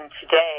today